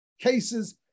cases